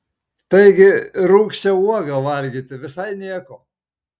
taigi ir rūgščią uogą valgyti visai nieko